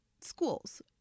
schools